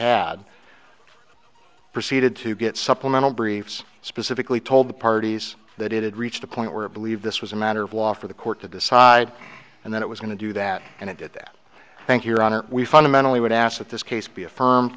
had proceeded to get supplemental briefs specifically told the parties that it had reached a point where i believe this was a matter of law for the court to decide and then it was going to do that and it did that thank your honor we fundamentally would ask that this case be affirm